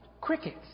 crickets